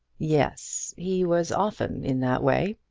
yes he was often in that way.